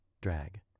drag